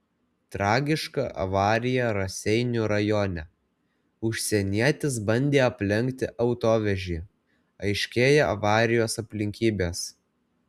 tragiška avarija raseinių rajone užsienietis bandė aplenkti autovežį aiškėja avarijos aplinkybės